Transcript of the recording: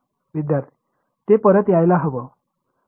विद्यार्थी ते परत यायला हवं